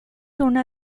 una